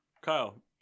Kyle